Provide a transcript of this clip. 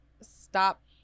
stop